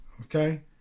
okay